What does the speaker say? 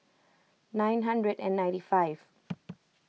nine hundred and ninety five